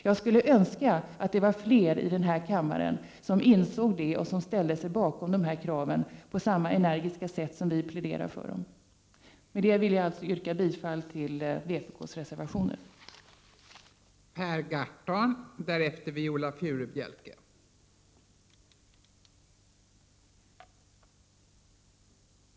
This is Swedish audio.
Jag skulle önska att det var fler i denna kammare som insåg detta och som ställde sig bakom kraven på samma energiska sätt som vi pläderar för dem. Med detta vill jag yrka bifall till de reservationer som vpk varit med om att avge.